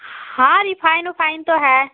हाँ रिफाइन विफाइन तो है